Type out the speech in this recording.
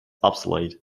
obsolete